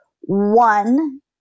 One